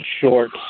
shorts